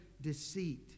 deceit